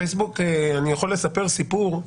פייסבוק, אני יכול לספר סיפור.